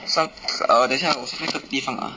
some err 等一下我 check 那个地方 ah